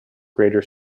greater